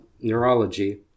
neurology